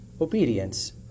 obedience